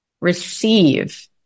receive